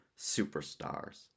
superstars